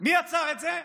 מי עצר את זה?